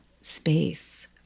space